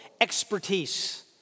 expertise